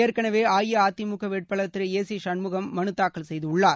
ஏற்களவே அஇஅதிமுக வேட்பாளர் திரு ஏ சி சண்முகம் மனு தாக்கல் செய்துள்ளார்